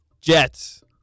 Jets